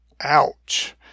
Ouch